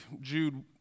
Jude